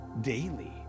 daily